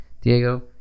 Diego